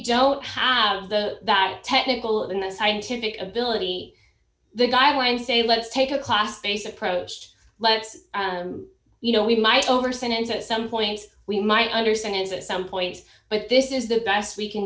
don't have that technical in the scientific ability the guidelines say let's take a class based approach let's you know we might over sentence at some points we might understand at some point but this is the best we can